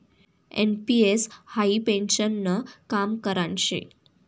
NPS हाई पेन्शननं काम करान शे